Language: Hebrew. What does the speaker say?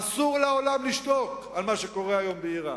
אסור לעולם לשתוק על מה שקורה היום באירן.